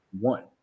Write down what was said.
one